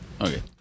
Okay